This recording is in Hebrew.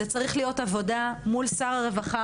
זו צריכה להיות עבודה מול שר הרווחה,